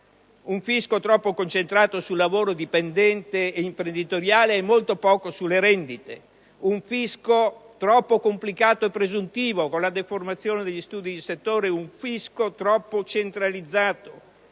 un fisco troppo concentrato sul lavoro dipendente e imprenditoriale e molto poco sulle rendite; un fisco troppo complicato e presuntivo, con la deformazione degli studi di settore; un fisco troppo centralizzato,